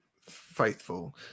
faithful